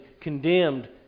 condemned